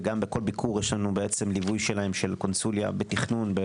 ובכל ביקור יש לנו גיבוי של קונסוליה בתכנון.